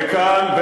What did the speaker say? וכאן,